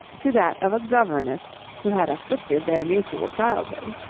to that of a governess who had afflicted their mutual childhood.